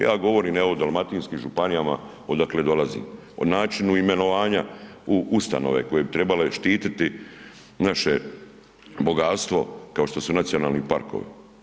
Ja govorim o dalmatinskim županijama odakle dolazim, o načinu imenovanja u ustanove koje bi trebale štititi naše bogatstvo kao što su nacionalni parkovi.